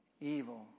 evil